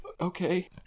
Okay